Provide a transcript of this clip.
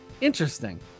interesting